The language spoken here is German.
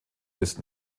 des